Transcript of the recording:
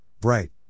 bright